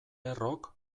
errok